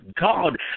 God